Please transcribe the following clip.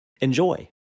Enjoy